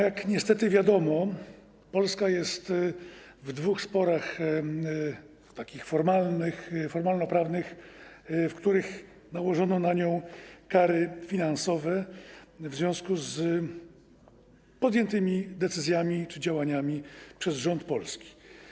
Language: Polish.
Jak niestety wiadomo, Polska jest w dwóch sporach formalnych, formalnoprawnych, w których nałożono na nią kary finansowe w związku z decyzjami czy działaniami podjętymi przez rząd polski.